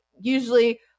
usually